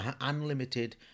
unlimited